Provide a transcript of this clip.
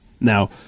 Now